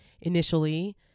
Initially